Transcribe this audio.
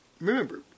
Remember